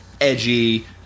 edgy